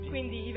Quindi